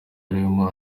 yarimo